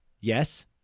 Yes